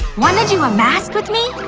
wanna do a mask with me?